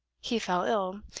he fell ill,